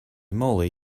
moly